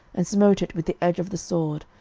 and smote it with the edge of the sword,